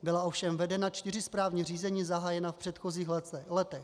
Byla ovšem vedena čtyři správní řízení zahájená v předchozích letech.